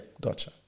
gotcha